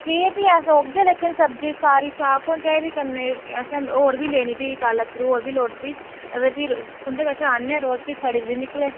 ठीक ऐ फ्ही असें ओगे लेकिन सब्जी सारी साफ होनी चाहिदी कन्नै असें होर बी लैनी फ्ही कल होर बी लोड़चदी फिर तुंदे कश औने आं रोज सड़ी दी नी निकलै